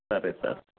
సరే సార్